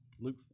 Luke